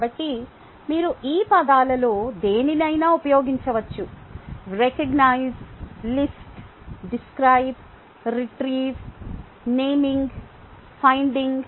కాబట్టి మీరు ఈ పదాలలో దేనినైనా ఉపయోగించవచ్చు recognise list describe retrieve naming finding